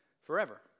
forever